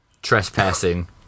Trespassing